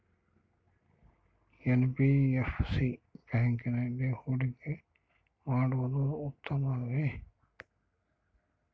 NBFC ಬ್ಯಾಂಕಿನಲ್ಲಿ ಹೂಡಿಕೆ ಮಾಡುವುದು ಉತ್ತಮವೆ?